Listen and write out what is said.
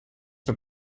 for